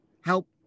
help